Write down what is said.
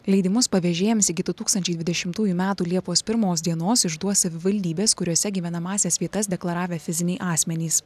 leidimus pavežėjams iki du tūkstančiai dvidešimtųjų metų liepos pirmos dienos išduos savivaldybės kuriose gyvenamąsias vietas deklaravę fiziniai asmenys